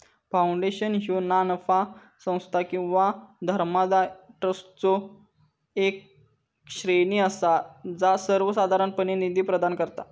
foundation ह्या ना नफा संस्था किंवा धर्मादाय ट्रस्टचो येक श्रेणी असा जा सर्वोसाधारणपणे निधी प्रदान करता